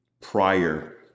prior